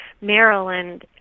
Maryland